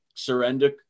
Surrender